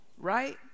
right